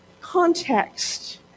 context